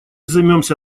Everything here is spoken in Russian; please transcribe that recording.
займемся